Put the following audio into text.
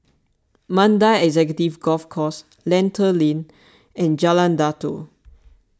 Mandai Executive Golf Course Lentor Lane and Jalan Datoh